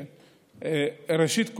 ראשית,